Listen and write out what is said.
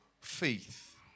faith